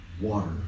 Water